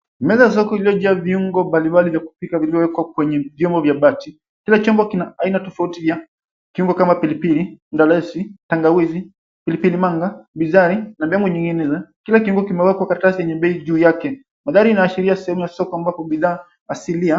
Meza ya soko iliyojaa viungobali mbali mbali vya kupika vilivyowekwa kwenye vyombo vya bati, kila chombo kina aina tofauti ya kiungo kama pilipili, galesi, tangawizi, pilipili manga, bizari na begu zingine kila kiungo kimewekwa karatasi yenye bei juu yake sehemu ya soko ambayo kuna bidhaa asilia.